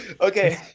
Okay